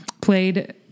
played